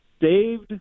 saved